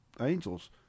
angels